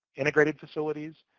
integrated facilities,